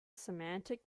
semantic